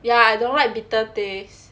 ya I don't like bitter taste